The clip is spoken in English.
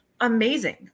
amazing